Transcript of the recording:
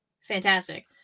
fantastic